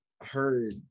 heard